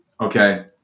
okay